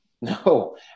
No